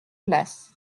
place